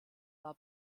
war